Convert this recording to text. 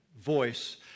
voice